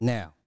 Now